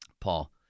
Paul